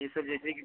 ये सब जैसे कि